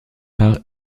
par